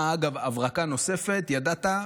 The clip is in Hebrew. אגב, הברקה נוספת, ידעת?